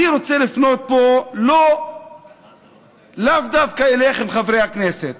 אני רוצה לפנות פה לאו דווקא אליכם, חברי הכנסת.